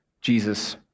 Jesus